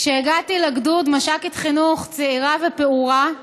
כשהגעתי לגדוד, מש"קית חינוך צעירה ופעורה,